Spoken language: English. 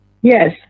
Yes